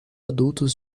adultos